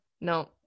no